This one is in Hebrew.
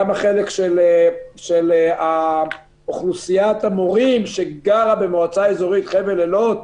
גם החלק של אוכלוסיית המורים שגרה במועצה אזורית חבל אילות.